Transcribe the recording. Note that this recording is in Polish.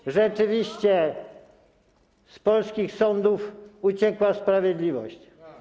Otóż rzeczywiście z polskich sądów uciekła sprawiedliwość.